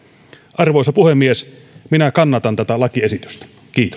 arvoisa puhemies minä kannatan tätä lakiesitystä